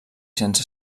sense